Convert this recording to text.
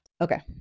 Okay